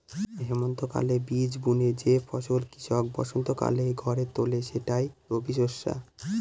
হেমন্তকালে বীজ বুনে যে ফসল কৃষক বসন্তকালে ঘরে তোলে সেটাই রবিশস্য